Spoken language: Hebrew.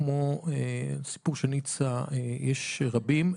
כמו הסיפור של ניצה יש רבים,